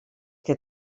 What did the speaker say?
que